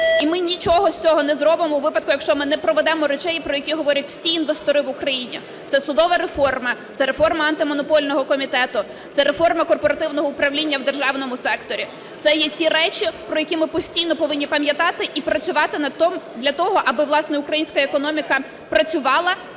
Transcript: І ми нічого з цього не зробимо у випадку, якщо ми не проведемо речей, про які говорять всі інвестори в Україні. Це судова реформа, це реформа антимонопольного комітету, це реформа корпоративного управління в державному секторі, це є ті речі, про які ми постійно повинні пам'ятати і працювати для того, аби, власне, українська економіка працювала